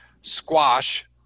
squash